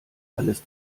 alles